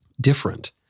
different